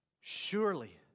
Surely